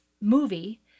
movie